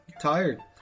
Tired